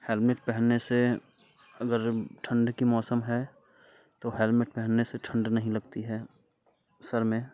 helmet पहनने से अगर ठंड की मौसम है तो हैलमेट पहनने से ठंड नहीं लगती है सर में